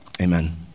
Amen